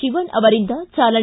ತಿವನ್ ಅವರಿಂದ ಚಾಲನೆ